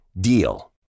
DEAL